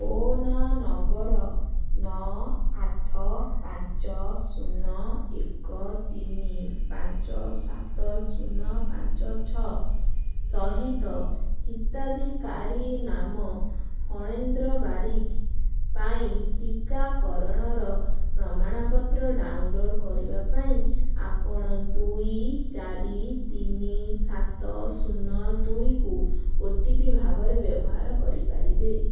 phone number ନଅ ଆଠ ପାଞ୍ଚ ଶୂନ ଏକ ତିନି ପାଞ୍ଚ ସାତ ଶୂନ ପାଞ୍ଚ ଛଅ ସହିତ ହିତାଧିକାରୀ ନାମ ଫଣେନ୍ଦ୍ର ବାରିକ୍ ପାଇଁ ଟିକାକରଣର ପ୍ରମାଣପତ୍ର ଡାଉନଲୋଡ଼୍ କରିବା ପାଇଁ ଆପଣ ଦୁଇ ଚାରି ତିନି ସାତ ଶୂନ ଦୁଇ କୁ ଓ ଟି ପି ଭାବରେ ବ୍ୟବହାର କରିପାରିବେ